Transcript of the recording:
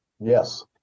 Yes